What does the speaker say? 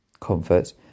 comfort